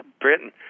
Britain